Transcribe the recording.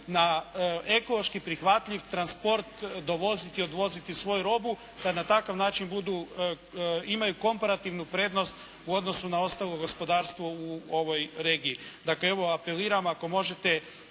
na ekološki prihvatljiv transport dovoziti i odvoziti svoju robu da na takav način imaju komparativnu prednost u odnosu na ostalo gospodarstvo u ovoj regiji. Dakle, evo apeliram ako možete